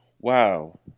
Wow